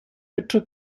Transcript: petro